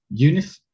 Unif